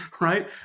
right